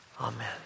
Amen